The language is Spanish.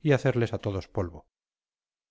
y hacerles a todos polvo